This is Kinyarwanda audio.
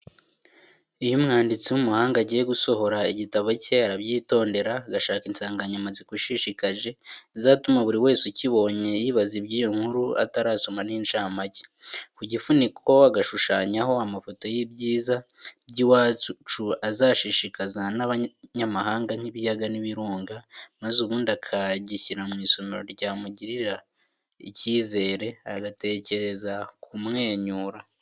Iyo umwanditsi w'umuhanga agiye gusohora igitabo cye arabyitondera, agashaka insanganyamatsiko ishishikaje, izatuma buri wese ukibonye yibaza iby'iyo nkuru atarasoma n'inshamake, ku gifuniko agashushanyaho amafoto y'ibyiza by'iwacu azashishikaza n'abanyamahanga nk'ibiyaga n'ibirunga, maze ubundi akagishyira mu isomero ryamugiriye icyizere, agategereza kumwenyura.